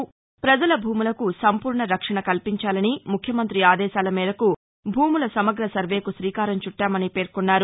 పజల భూములకు సంపూర్ణ రక్షణ కల్పించాలని ముఖ్యమంత్రి ఆదేశాల మేరకు భూముల సమగ్ర సర్వేకు శ్రీకారం చట్లామని పేర్కొన్నారు